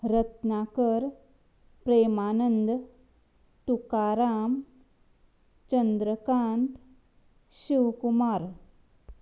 Ratnakar Premanand Tukaram Chandrakant Shivkumar